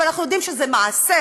אבל אנחנו יודעים שזה מעשר,